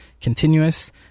continuous